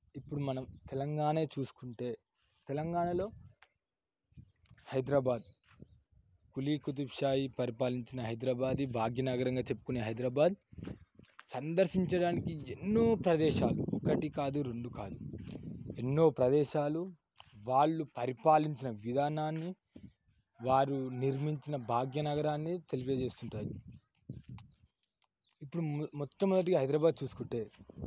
ఇప్పుడు మనం తెలంగాణనే చూసుకుంటే తెలంగాణలో హైదరాబాద్ కులీ కుతుబ్ షా పరిపాలించిన హైదరాబాది భాగ్యనగరంగా చెప్పుకునే హైదరాబాద్ సందర్శించడానికి ఎన్నో ప్రదేశాలు ఒకటి కాదు రెండు కాదు ఎన్నో ప్రదేశాలు వాళ్లు పరిపాలించిన విధానాన్ని వారు నిర్మించిన భాగ్యనగరాన్ని తెలియజేస్తుంటాయి ఇప్పుడు మొట్టమొదటిగా హైదరాబాద్ చూసుకుంటే